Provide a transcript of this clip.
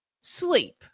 sleep